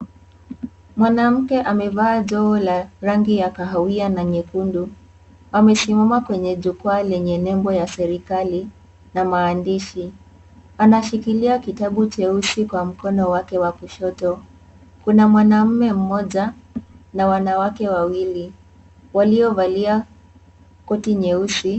Mwanamke amevaa joho ya rangi ya kahawia na nyekundu, amesimama kwenye jukwaa yenye nembo ya serikali na maandishi, ameshikilia kitabu cheusi kwa mkono wake wa kushoto kuna mwanaume mmoja na wanawake wawili waliovalia koti nyeusi.